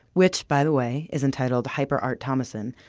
which by the way, is entitled hyperart thomasson,